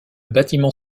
bâtiment